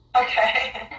Okay